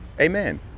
Amen